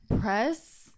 Press